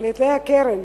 על-ידי הקרן